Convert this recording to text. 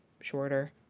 shorter